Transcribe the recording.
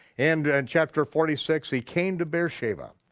and and chapter forty six he came to beersheba.